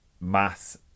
mass